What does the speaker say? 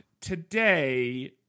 Today